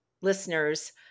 listeners